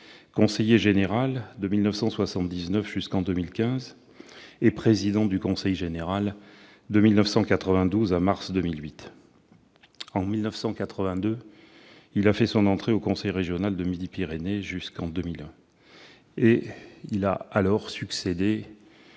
conseiller général de 1979 jusqu'en 2015 et président du conseil général de 1992 à mars 2008. En 1982, il a fait son entrée au conseil régional de Midi-Pyrénées ; il y restera